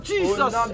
Jesus